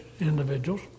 individuals